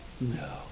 No